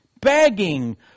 begging